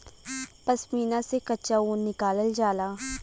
पश्मीना से कच्चा ऊन निकालल जाला